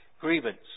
grievance